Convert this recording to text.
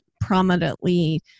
prominently